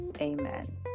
Amen